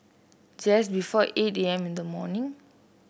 just before eight A M in the morning